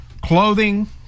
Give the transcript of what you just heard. Clothing